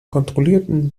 kontrollierten